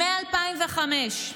מ-2005.